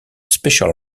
special